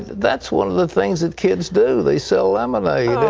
that's one of the things that kids do. they sell lemonade.